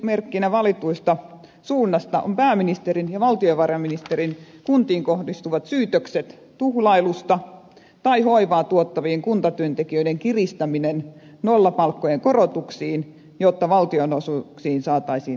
esimerkkinä valitusta suunnasta ovat pääministerin ja valtiovarainministerin kuntiin kohdistuvat syytökset tuhlailusta tai hoivaa tuottavien kuntatyöntekijöiden kiristäminen nollapalkkojen korotuksiin jotta valtionosuuksiin saataisiin lisäyksiä